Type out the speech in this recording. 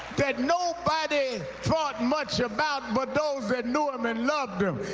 that nobody thought much about but those that knew him and loved him.